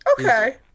Okay